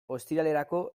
ostiralerako